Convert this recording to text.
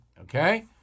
okay